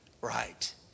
right